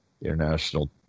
international